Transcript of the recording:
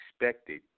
expected